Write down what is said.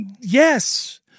Yes